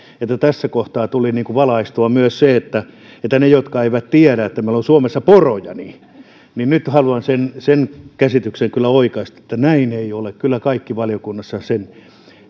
että tässä kohtaa tuli valaistua myös niitä jotka eivät tiedä että meillä on suomessa poroja nyt haluan sen sen käsityksen kyllä oikaista että näin ei ole kyllä kaikki valiokunnassa sen